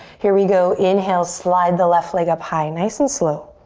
here we go, inhale, slide the left leg up high. nice and slow.